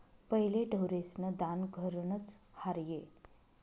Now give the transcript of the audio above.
पहिले ढोरेस्न दान घरनंच र्हाये